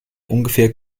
ungefähr